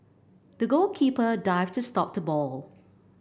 the goalkeeper dived to stop the ball